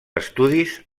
estudis